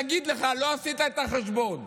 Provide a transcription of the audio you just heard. נגיד לך: לא עשית את החשבון.